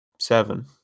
seven